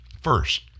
First